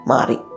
Mari